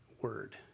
word